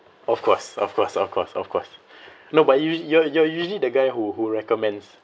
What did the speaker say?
of course of course of course of course no but you you are you are usually the guy who who recommends